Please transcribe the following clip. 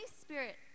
Spirit